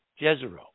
Jezero